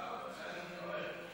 יואל,